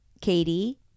Katie